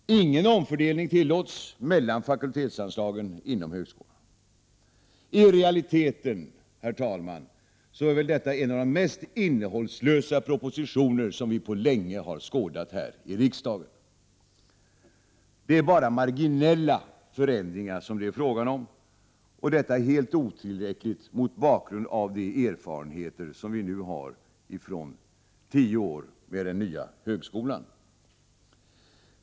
Ingen omfördelning tillåts mellan fakultetsanslagen inom högskolan. I realiteten, herr talman, är väl detta en av de mest innehållslösa propositioner som vi på länge har skådat här i riksdagen. Det är bara marginella förändringar som det är fråga om, och detta är helt otillräckligt mot bakgrund av de erfarenheter som vi nu har sedan tio år tillbaka av den nya högskolan.